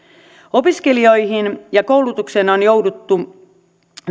opiskelijoihin ja koulutukseen on jouduttu